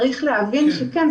צריך להבין שכן,